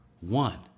One